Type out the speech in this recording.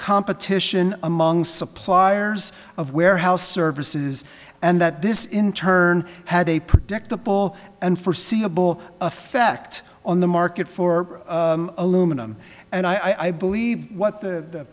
competition among suppliers of warehouse services and that this in turn had a predictable and forseeable effect on the market for aluminum and i believe what the